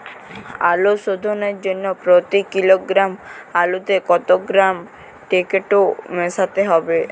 আলু শোধনের জন্য প্রতি কিলোগ্রাম আলুতে কত গ্রাম টেকটো মেশাতে হবে?